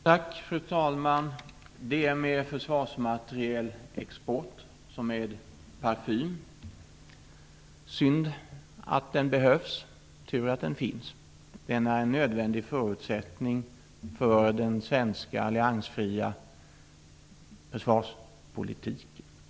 Fru talman! Det är med försvarsmaterielexport som med parfym - synd att den behövs och tur att den finns. Den är en nödvändig förutsättning för den svenska alliansfria försvarspolitiken.